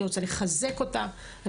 לחזק אותה,